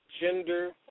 gender